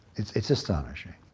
it's it's astonishing.